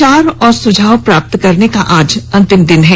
विचार और सुझाव प्राप्त करने का आज अंतिम दिन है